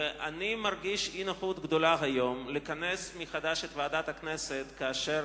ואני מרגיש אי-נוחות רבה לכנס היום מחדש את ועדת הכנסת כאשר